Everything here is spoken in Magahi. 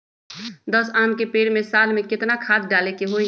दस आम के पेड़ में साल में केतना खाद्य डाले के होई?